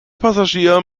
passagier